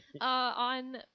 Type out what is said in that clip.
on